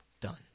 done